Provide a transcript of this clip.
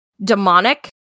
demonic